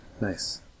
Nice